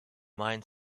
mind